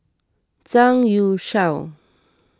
Zhang Youshuo